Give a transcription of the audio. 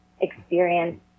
experience